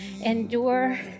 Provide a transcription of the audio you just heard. Endure